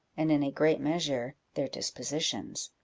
and, in a great measure, their dispositions?